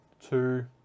two